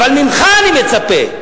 אבל ממך אני מצפה.